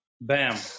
Bam